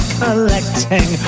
collecting